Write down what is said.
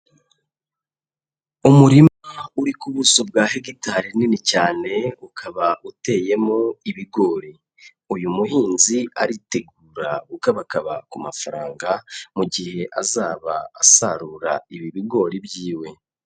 Umurima uri ku buso bwa hegitari nini cyane ukaba uteyemo ibigori, uyu muhinzi aritegura gukabakaba ku mafaranga mu gihe azaba asarura ibi bigori by'iwe.